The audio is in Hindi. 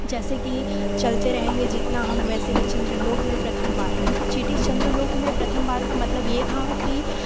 जैसे कि चलते रहेंगे जितना हम वैसे ही चन्द्र लोक में प्रथम बार हो चींटी चन्द्र लोक में प्रथम बार का मतलब ये था कि